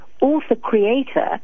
author-creator